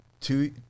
two